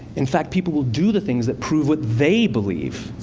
in fact, people will do the things that prove what they believe.